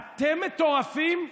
"אתם מטורפים?